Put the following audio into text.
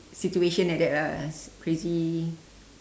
situation like that lah crazy